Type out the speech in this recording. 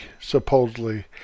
supposedly